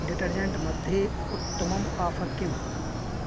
detergent मध्ये उत्तमम् offer किम्